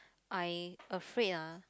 I afraid ah